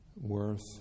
worth